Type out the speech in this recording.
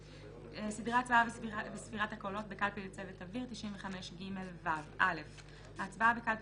סדרי ההצבעה וספירת הקולות בקלפי לצוות אוויר 95ו. (א)ההצבעה בקלפי